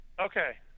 okay